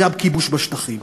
לכיבוש בשטחים.